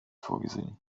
vorgesehen